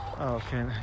Okay